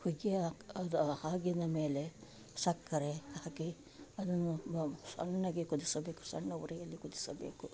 ಹುಗ್ಗಿಯ ಅದು ಹಾಗಿನ ಮೇಲೆ ಸಕ್ಕರೆ ಹಾಕಿ ಅದನ್ನು ಬ ಸಣ್ಣಗೆ ಕುದಿಸಬೇಕು ಸಣ್ಣ ಹುರಿಯಲ್ಲಿ ಕುದಿಸಬೇಕು